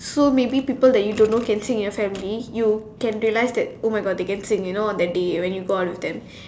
so maybe people that you don't know can sing in your family you can realize that oh my God they can sing you know on that day when you go out with them